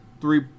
three